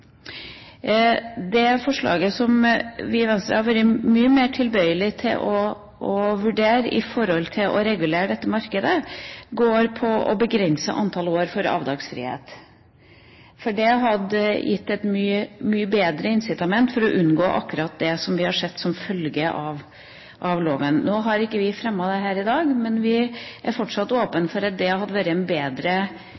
Det forslaget vi i Venstre har vært mye mer tilbøyelig til å vurdere når det gjelder å regulere dette markedet, går på å begrense antall år for avdragsfrihet. For det hadde gitt et mye bedre incitament for å unngå akkurat det vi har sett som følge av loven. Nå har vi ikke fremmet det her i dag, men vi er fortsatt